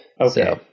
Okay